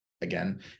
again